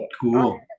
Cool